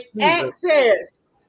access